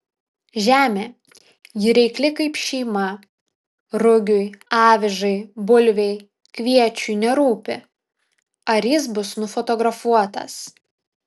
žemė ji reikli kaip šeima rugiui avižai bulvei kviečiui nerūpi ar jis bus nufotografuotas